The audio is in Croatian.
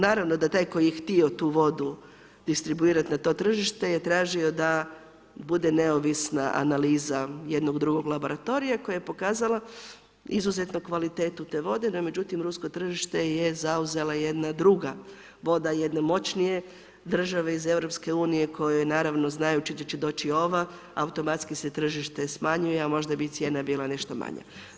Naravno da taj koji je htio tu vodu distribuirati na to tržište je tražio da bude neovisna analiza jednog drugog laboratorija koja je pokazala izuzetnu kvalitetu te vode, no međutim, rusko tržište je zauzela jedna druga voda jedne moćnije države iz EU kojoj naravno, znajući da će doći ova, automatski se tržište smanjuje, a možda bi i cijena bila nešto manja.